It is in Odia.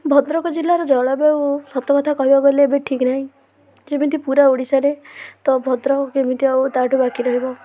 ଭଦ୍ରକ ଜିଲ୍ଲାର ଜଳବାୟୁ ସତକଥା କହିବାକୁ ଗଲେ ଏବେ ଠିକ ନାହିଁ ଯେମିତି ପୁରା ଓଡ଼ିଶାରେ ତ ଭଦ୍ରକ କେମିତି ଆଉ ତା'ଠୁ ବାକି ରହିବ